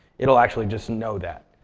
it'll actually just know that.